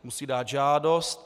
Musí dát žádost.